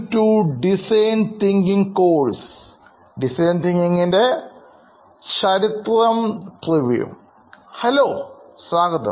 hello സ്വാഗതം